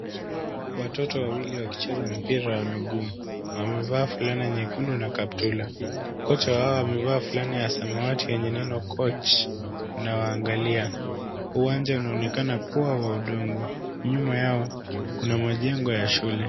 Watoto wawili wakicheza mpira wa miguu. Wamevaa fulana nyekundu na kaptula. Kocha wao amevaa fulana ya samawati yenye neno coach anawaangalia. Uwanja unaonekana kuwa wa udongo. Nyuma yao kuna majengo ya shule.